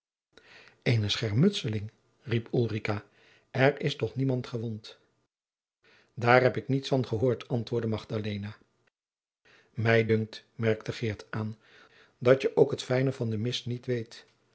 eene schermutseling riep ulrica er is toch niemand gewond daar heb ik niets van gehoord antwoordde magdalena mij dunkt merkte geert aan dat je ook het fijne van de mis niet weet